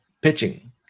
pitching